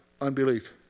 Unbelief